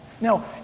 Now